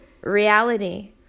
reality